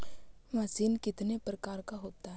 Machine कितने प्रकार का होता है?